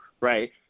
right